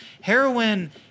Heroin